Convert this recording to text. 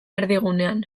erdigunean